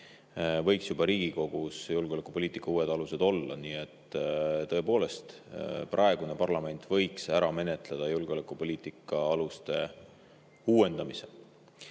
võiks juba julgeolekupoliitika uued alused olla Riigikogus, nii et tõepoolest praegune parlament võiks ära menetleda julgeolekupoliitika aluste uuendamise.